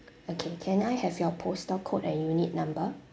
okay can I have your postal code and unit number